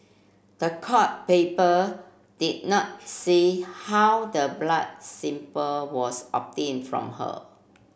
the court paper did not say how the blood sample was obtained from her